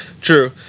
True